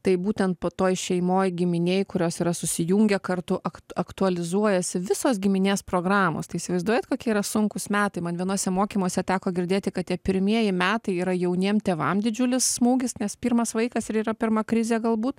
tai būtent po toj šeimoj giminėj kurios yra susijungę kartu ak aktualizuojasi visos giminės programos tai įsivaizduojat kokie yra sunkūs metai man vienuose mokymuose teko girdėti kad tie pirmieji metai yra jauniem tėvam didžiulis smūgis nes pirmas vaikas ir yra pirma krizė galbūt